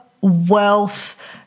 wealth